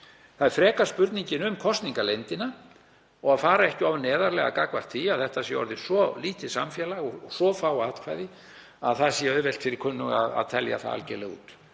Það er frekar spurningin um kosningaleyndina, og að fara ekki of neðarlega gagnvart því að þetta sé orðið svo lítið samfélag og svo fá atkvæði að það sé auðvelt fyrir kunnuga að telja það algerlega út.